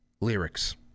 lyrics